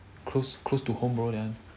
close close to home bro that one